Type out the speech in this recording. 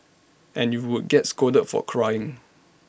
and you would get scolded for crying